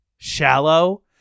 shallow